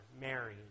Mary